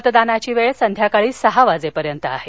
मतदानाची वेळ संध्याकाळी सहा वाजेपर्यंत आहे